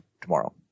tomorrow